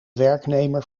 werknemer